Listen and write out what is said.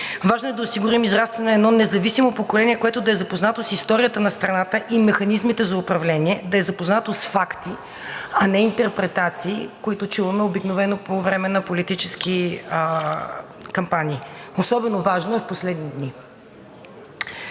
Важно е да осигурим израстване на едно независимо поколение, което да е запознато с историята на страната и механизмите за управление, да е запознато с факти, а не интерпретации, които чуваме обикновено по време на политически кампании – особено важно е в последните дни.